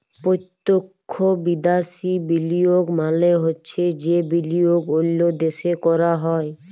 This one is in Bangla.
পত্যক্ষ বিদ্যাশি বিলিয়গ মালে হছে যে বিলিয়গ অল্য দ্যাশে ক্যরা হ্যয়